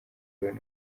drone